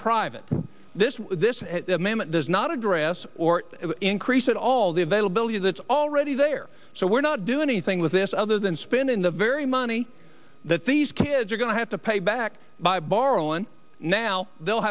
private this this does not address or increase at all the availability that's already there so we're not do anything with this other than spending the very money that these kids are going to have to pay back by borrowing now they'll